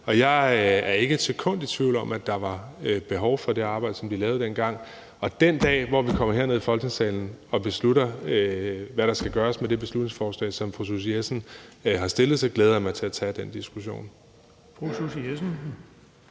Jeg er ikke et sekund i tvivl om, at der var behov for det arbejde, som de lavede dengang. Den dag, hvor vi kommer herned i Folketingssalen og beslutter, hvad der skal gøres med det beslutningsforslag, som fru Susie Jessen har fremsat, glæder jeg mig til at tage den diskussion. Kl. 12:55 Den